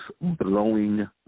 blowing